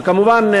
וכמובן,